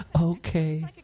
Okay